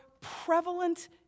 prevalent